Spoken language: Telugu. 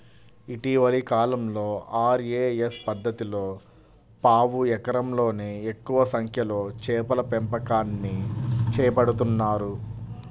ఇటీవలి కాలంలో ఆర్.ఏ.ఎస్ పద్ధతిలో పావు ఎకరంలోనే ఎక్కువ సంఖ్యలో చేపల పెంపకాన్ని చేపడుతున్నారు